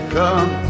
come